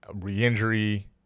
re-injury